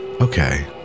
Okay